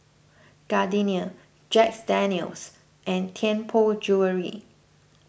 Gardenia Jack's Daniel's and Tianpo Jewellery